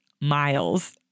miles